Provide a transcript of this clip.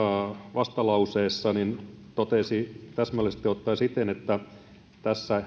vastalauseessa totesi täsmällisesti ottaen siten että tässä